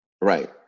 Right